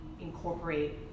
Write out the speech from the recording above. incorporate